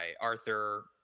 Arthur